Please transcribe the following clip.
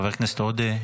חבר הכנסת עודה,